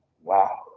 Wow